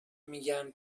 میگن